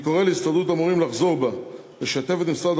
אני קורא להסתדרות המורים לחזור בה ולשתף את משרד